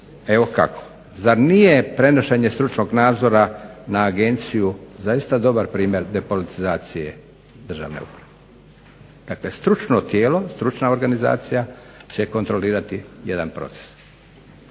Evo kako. Zar nije prenošenje stručnog nadzora na Agenciju zaista dobar primjer depolitizacije državne uprave? Dakle, stručno tijelo, stručna organizacija će kontrolirati jedan proces.